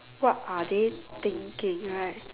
what are they thinking right